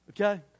okay